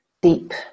deep